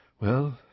Well